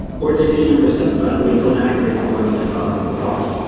or take any number of steps. but either way, don't activate the plugin that causes the problem.